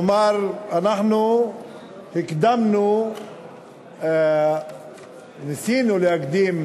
כלומר, אנחנו הקדמנו, ניסינו להקדים